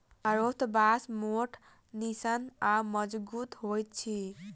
हरोथ बाँस मोट, निस्सन आ मजगुत होइत अछि